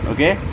Okay